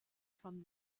from